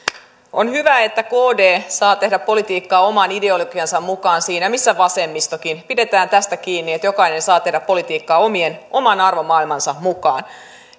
on hyvä että kd saa tehdä politiikkaa oman ideologiansa mukaan siinä missä vasemmistokin pidetään tästä kiinni että jokainen saa tehdä politiikkaa oman arvomaailmansa mukaan